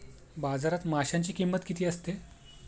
बाजारात माशांची किंमत किती असते?